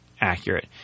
accurate